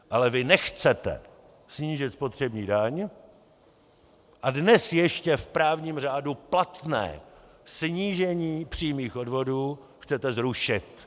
Ale vy nechcete snížit spotřební daň a dnes ještě v právním řádu platné snížení přímých odvodů chcete zrušit.